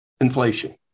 inflation